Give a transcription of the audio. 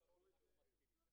אז שילכו לפי העסקה ישירה.